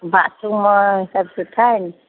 bathroom सभु सुठा आहिनि